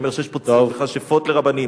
אני אומר שיש פה ציד מכשפות לרבנים.